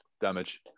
damage